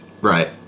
right